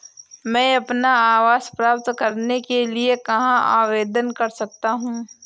मैं अपना आवास प्राप्त करने के लिए कहाँ आवेदन कर सकता हूँ?